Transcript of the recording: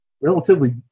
Relatively